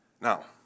Now